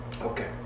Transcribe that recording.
Okay